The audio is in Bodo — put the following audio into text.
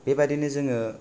बेबादिनो जोङो